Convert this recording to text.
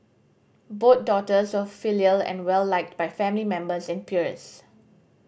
both daughters were filial and well liked by family members and peers